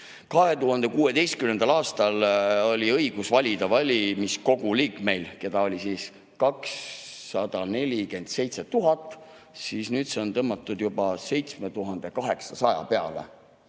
2016. aastal oli õigus valida valimiskogu liikmeil, keda oli 247 000, aga nüüd on see tõmmatud 7800 peale.